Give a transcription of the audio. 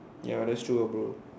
ya that's true ah bro